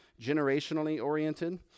generationally-oriented